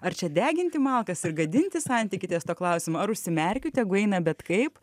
ar čia deginti malkas ir gadinti santykį ties tuo klausimu ar užsimerkiu tegu eina bet kaip